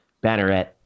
Banneret